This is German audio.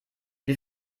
wir